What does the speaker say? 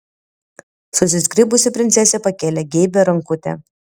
susizgribusi princesė pakėlė geibią rankutę